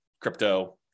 crypto